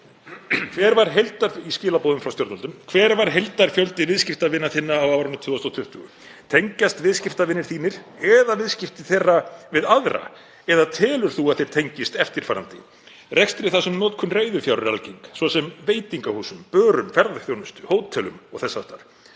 „Hver var heildarfjöldi viðskiptavina þinna á árinu 2020? Tengjast viðskiptavinir þínir eða viðskipti þeirra við aðra? Eða telur þú að þeir tengist eftirfarandi: Rekstri þar sem notkun reiðufjár er algeng, svo sem veitingahúsum, börum, ferðaþjónustu, hótelum og þess háttar,